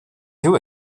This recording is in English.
too